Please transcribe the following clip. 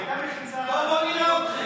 הייתה מחיצה, בואו, בואו נראה אתכם.